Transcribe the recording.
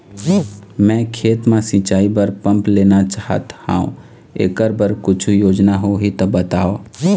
मैं खेती म सिचाई बर पंप लेना चाहत हाव, एकर बर कुछू योजना होही त बताव?